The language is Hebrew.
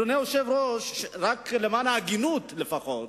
אדוני היושב-ראש, למען ההגינות לפחות,